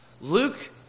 Luke